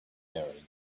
married